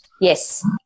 Yes